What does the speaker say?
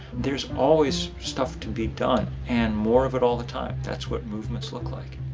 there's always stuff to be done and more of it all the time. that's what movements look like.